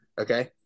okay